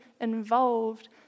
involved